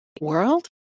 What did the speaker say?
world